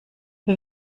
wir